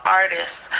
artists